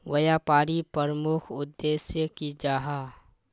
व्यापारी प्रमुख उद्देश्य की जाहा?